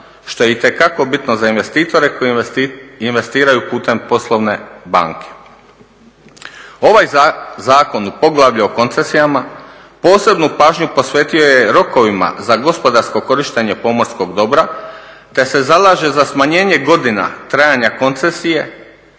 što je itekako bitno za investitore koji investiraju putem poslovne banke. Ovaj zakon u poglavlju o koncesijama posebnu pažnju posvetio je rokovima za gospodarsko korištenje pomorskog dobra kad se zalaže za smanjenje godina trajanja koncesije